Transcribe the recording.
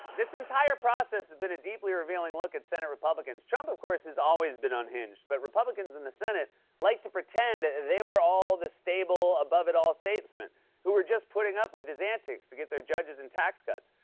this entire process has been a deeply revealing look at senate republicans. trump, of course, has always been unhinged, but republicans in the senate like to pretend that they were all the stable, above-it-all statesmen who were just putting up with his antics to get their judges and tax cuts.